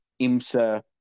IMSA